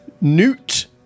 Newt